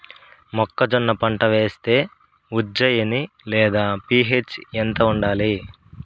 మొక్కజొన్న పంట వేస్తే ఉజ్జయని లేదా పి.హెచ్ ఎంత ఉండాలి?